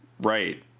right